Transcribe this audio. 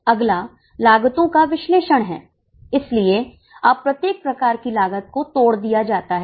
अगला लागतो का विश्लेषण है इसलिए अब प्रत्येक प्रकार की लागत को तोड़ दिया जाता है